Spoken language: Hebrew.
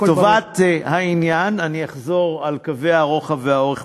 לטובת העניין אני אחזור על קווי הרוחב והאורך